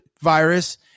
virus